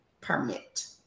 permit